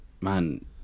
man